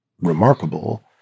remarkable –